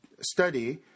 study